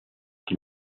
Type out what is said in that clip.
que